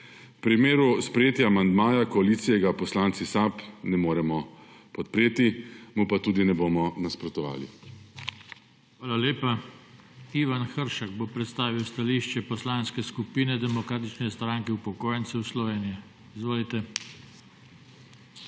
V primeru sprejetja amandmaja koalicije ga poslanci SAB ne moremo podpreti, mu pa tudi ne bomo nasprotovali. PODPREDSEDNIK JOŽE TANKO: Hvala lepa. Ivan Hršak bo predstavil stališče Poslanske skupine Demokratične stranke upokojencev Slovenije. Izvolite.